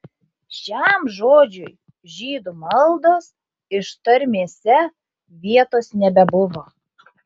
šiam žodžiui žydų maldos ištarmėse vietos nebuvo